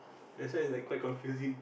that is why I like quite confusing